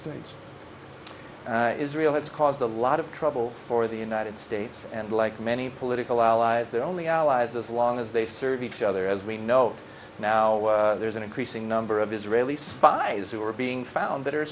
states israel has caused a lot of trouble for the united states and like many political allies the only allies as long as they serve each other as we know now there's an increasing number of israeli spies who are being found that are